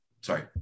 Sorry